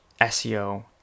SEO